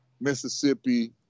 Mississippi